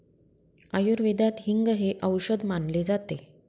आयुर्वेदात हिंग हे औषध मानले जाते